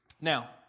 Now